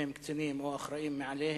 אם הם קצינים או אחראים מעליהם,